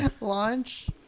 launch